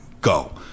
go